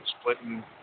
splitting –